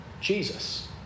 Jesus